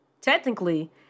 Technically